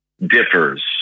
differs